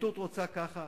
והפרקליטות רוצה ככה.